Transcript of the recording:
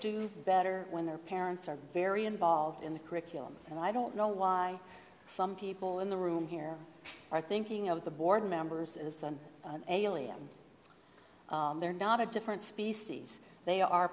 do better when their parents are very involved in the curriculum and i don't know why some people in the room here are thinking of the board members as an alien they're not a different species they are